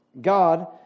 God